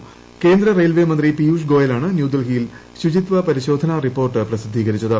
ക്യേന്ദ്ര് railway മന്ത്രി പീയൂഷ് ഗോയലാണ് ന്യൂഡൽഹിയിൽ ് ശുചിത്യ പ്രിശോധനാ റിപ്പോർട്ട് പ്രസിദ്ധീകരിച്ചത്